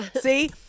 See